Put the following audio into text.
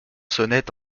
sonnait